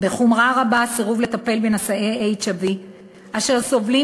בחומרה רבה סירוב לטפל בנשאי HIV אשר סובלים